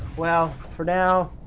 well, for now